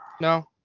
No